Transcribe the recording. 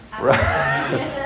Right